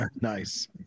Nice